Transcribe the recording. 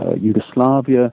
Yugoslavia